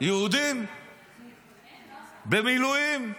יהודים במילואים,